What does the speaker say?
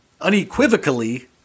Unequivocally